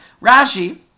Rashi